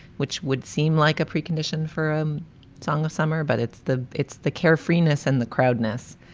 which would seem like a precondition for um song of summer. but it's the it's the care freeness and the crowd ness.